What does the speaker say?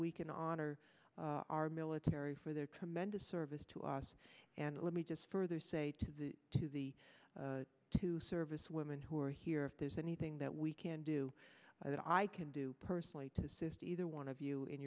we can honor our military for their tremendous service to us and let me just further say to the to the two service women who are here if there's anything that we can do that i can do personally to assist either one of you